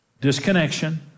disconnection